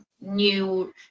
new